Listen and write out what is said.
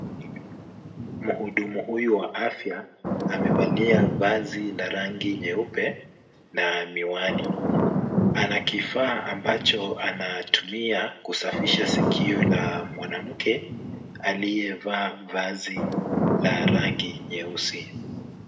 Muhudumu huyu wa afya amevalia vazi la rangi nyeupe na miwani. Ana kifaa ambacho anatumia kusafisha sikio la mwanamke, aliyevaa vazi la rangi nyeusi.